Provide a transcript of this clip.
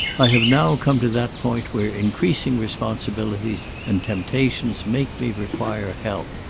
i have now come to that point where increasing responsibilities and temptations make me require help.